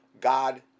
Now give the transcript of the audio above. God